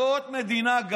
הם יקבלו את קרקעות המדינה.